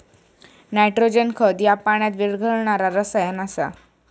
nitrogen खत ह्या पाण्यात विरघळणारा रसायन आसा